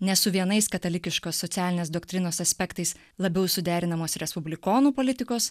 nes su vienais katalikiškos socialinės doktrinos aspektais labiau suderinamos respublikonų politikos